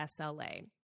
SLA